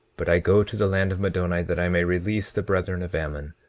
but i go to the land of middoni that i may release the brethren of ammon,